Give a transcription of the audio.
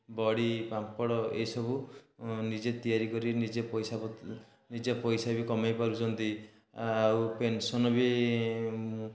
ବଡ଼ି ପାମ୍ପଡ଼ ଏହିସବୁ ନିଜେ ତିଆରି କରି ନିଜେ ପଇସା ପତ୍ର ନିଜେ ପଇସା ବି କମେଇପାରୁଛନ୍ତି ଆଉ ପେନ୍ସନ୍ ବି